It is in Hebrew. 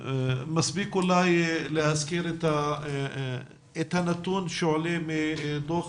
מספיק אולי להזכיר את הנתון שעולה מדוח